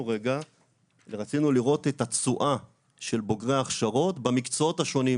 רצינו לראות את התשואה של בוגרי ההכשרות במקצועות השונים.